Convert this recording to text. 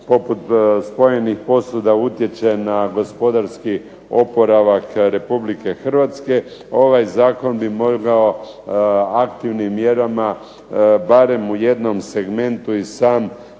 poput spojenih posuda utječe na gospodarski oporavak Republike Hrvatske. Ovaj zakon bi mogao aktivnim mjerama barem u jednom segmentu i sam